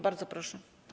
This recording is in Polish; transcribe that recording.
Bardzo proszę.